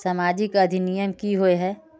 सामाजिक अधिनियम की होय है?